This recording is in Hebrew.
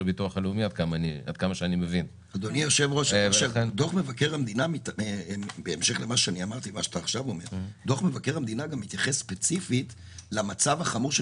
דוח מבקר המדינה מתייחס ספציפית למצב החמור של